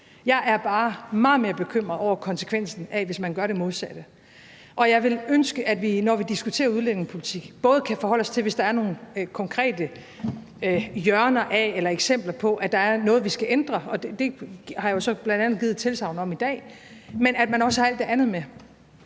Jeg er bare meget mere bekymret for konsekvensen af det, hvis man gør det modsatte, og jeg ville ønske, at vi, når vi diskuterer udlændingepolitik, både kan forholde os til det, hvis der er nogle konkrete hjørner af eller eksempler på, at der er noget, vi skal ændre, og det har jeg jo så bl.a. givet et tilsagn om i dag, men også at vi har alt det andet med.